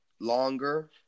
longer